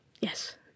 Yes